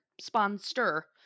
sponsor